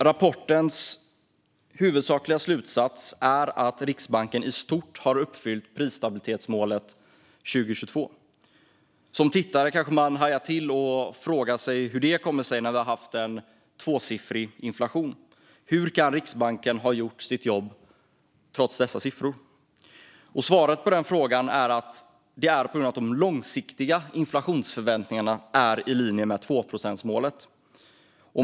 Rapportens huvudsakliga slutsats är att Riksbanken i stort har uppfyllt prisstabilitetsmålet under 2022. Som tittare kanske man hajar till och frågar sig hur det kommer sig när vi har haft en tvåsiffrig inflation. Hur kan Riksbanken ha gjort sitt jobb trots dessa siffror? Svaret på den frågan är att det är på grund av att de långsiktiga inflationsförväntningarna är i linje med 2-procentsmålet.